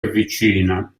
avvicina